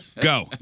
Go